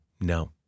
No